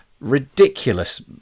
ridiculous